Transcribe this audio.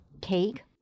cake